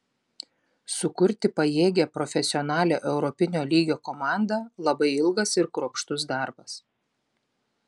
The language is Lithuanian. sukurti pajėgią profesionalią europinio lygio komandą labai ilgas ir kruopštus darbas